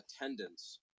attendance